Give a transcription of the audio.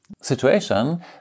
situation